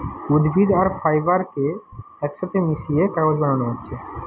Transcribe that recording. উদ্ভিদ আর ফাইবার কে একসাথে মিশিয়ে কাগজ বানানা হচ্ছে